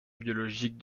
biologiques